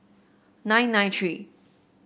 nine nine three